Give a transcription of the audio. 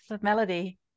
Melody